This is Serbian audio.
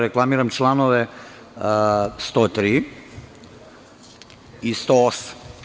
Reklamiram članove 103. i 108.